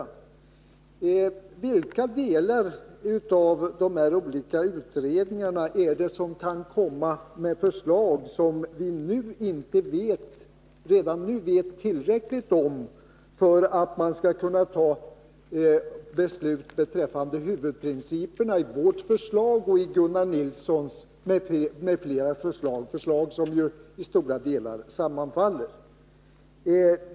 I vilka avseenden kommer de aktuella utredningarna att lägga fram förslag som vi inte redan nu vet tillräckligt mycket om för beslut beträffande huvudprinciperna i vårt, Gunnar Nilssons och andras förslag, vilka ju i stora delar sammanfaller?